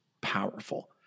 powerful